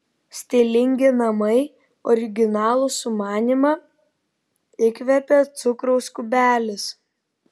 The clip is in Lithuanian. stilingi namai originalų sumanymą įkvėpė cukraus kubelis